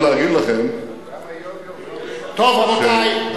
גם היום, טוב, רבותי.